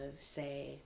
say